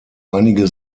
einige